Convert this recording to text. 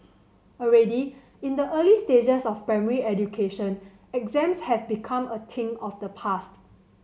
already in the early stages of primary education exams have become a thing of the past